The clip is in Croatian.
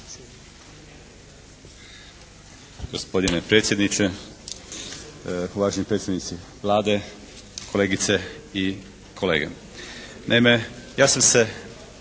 Gospodine predsjedniče, uvaženi predstavnici Vlade, kolegice i kolege.